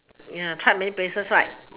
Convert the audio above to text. ya tried many places right